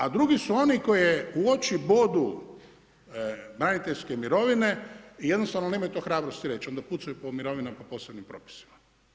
A drugi su oni koji u oči bodu braniteljske mirovine i jednostavno nemaju to hrabrosti reći onda pucaju po mirovinama po posebnim propisima.